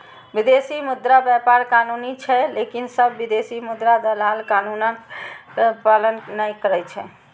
विदेशी मुद्रा व्यापार कानूनी छै, लेकिन सब विदेशी मुद्रा दलाल कानूनक पालन नै करै छै